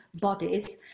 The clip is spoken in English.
bodies